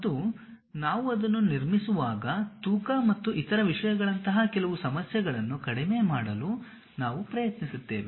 ಮತ್ತು ನಾವು ಅದನ್ನು ನಿರ್ಮಿಸುವಾಗ ತೂಕ ಮತ್ತು ಇತರ ವಿಷಯಗಳಂತಹ ಕೆಲವು ಸಮಸ್ಯೆಗಳನ್ನು ಕಡಿಮೆ ಮಾಡಲು ನಾವು ಪ್ರಯತ್ನಿಸುತ್ತೇವೆ